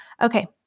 Okay